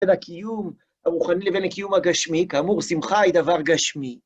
את הקיום הרוחני לבין הקיום הגשמי, כאמור, שמחה היא דבר גשמי.